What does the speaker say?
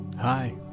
Hi